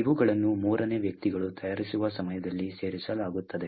ಇವುಗಳನ್ನು ಮೂರನೇ ವ್ಯಕ್ತಿಗಳು ತಯಾರಿಸುವ ಸಮಯದಲ್ಲಿ ಸೇರಿಸಲಾಗುತ್ತದೆ